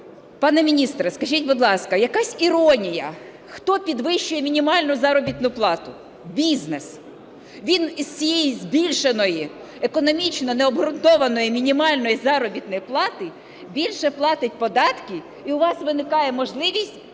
Пане міністре, скажіть, будь ласка, якась іронія, хто підвищує мінімальну заробітну плату? Бізнес. Він із цієї збільшеної, економічно необґрунтованої мінімальної заробітної плати більше платить податки, і у вас виникає можливість